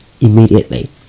immediately